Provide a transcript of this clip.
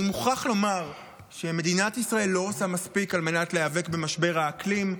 אני מוכרח לומר שמדינת ישראל לא עושה מספיק על מנת להיאבק במשבר האקלים,